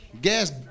gas